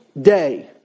day